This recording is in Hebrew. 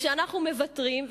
כשאנחנו מוותרים,